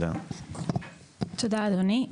תודה, אדוני.